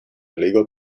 illegal